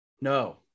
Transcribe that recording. no